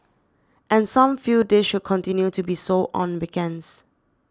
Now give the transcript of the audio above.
and some feel this should continue to be so on weekends